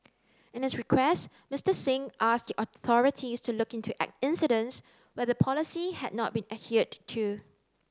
in his request Mister Singh asked the authorities to look into at incidents where the policy had not been adhered to